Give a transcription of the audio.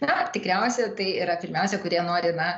na tikriausia tai yra pirmiausia kurie nori na